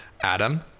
Adam